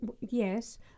yes